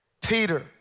Peter